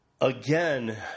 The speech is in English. again